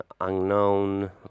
unknown